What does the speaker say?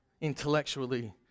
intellectually